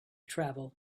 travel